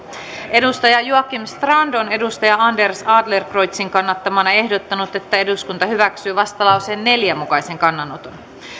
joakim strand on anders adlercreutzin kannattamana ehdottanut että eduskunta hyväksyy vastalauseen neljän mukaisen kannanoton